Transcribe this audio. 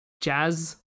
Jazz